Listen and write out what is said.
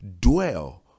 dwell